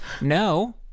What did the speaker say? No